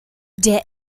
der